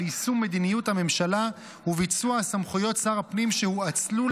יישום מדיניות הממשלה וביצוע סמכויות שר הפנים שהואצלו